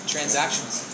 Transactions